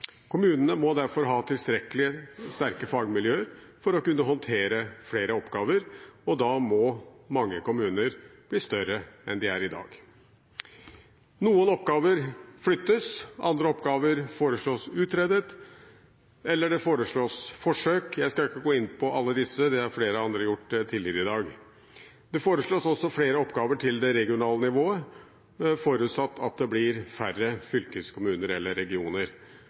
Kommunene må derfor ha tilstrekkelig sterke fagmiljøer for å kunne håndtere flere oppgaver. Da må mange kommuner bli større enn de er i dag. Noen oppgaver flyttes, andre oppgaver foreslås utredet, eller det foreslås forsøk. Jeg skal ikke gå inn på alle disse, det har flere andre gjort tidligere i dag. Det foreslås også flere oppgaver til det regionale nivået forutsatt at det blir færre fylkeskommuner eller regioner.